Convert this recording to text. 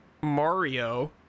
mario